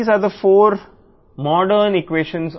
కాబట్టి మనం ఇక్కడ ఏమి వ్రాసాము